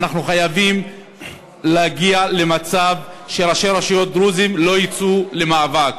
אנחנו חייבים להגיע למצב שראשי רשויות דרוזים לא יצאו למאבק.